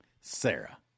Sarah